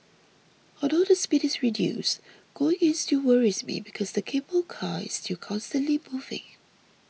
although the speed is reduced going in still worries me because the cable car is still constantly moving